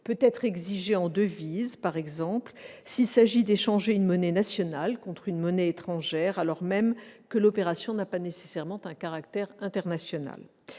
peut être exigé en devises s'il s'agit, par exemple, d'échanger une monnaie nationale contre une monnaie étrangère, alors même que l'opération n'a pas nécessairement un caractère international.